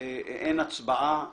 אין הצבעה.